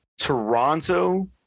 Toronto